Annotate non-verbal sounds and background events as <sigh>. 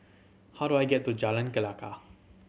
how do I get to Jalan <unintelligible>